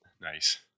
Nice